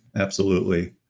absolutely.